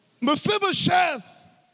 Mephibosheth